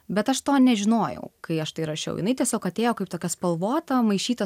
bet aš to nežinojau kai aš tai rašiau jinai tiesiog atėjo kaip tokia spalvota maišyta